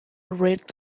red